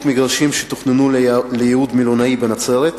מגרשים שתוכננו לייעוד מלונאי בנצרת,